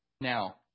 Now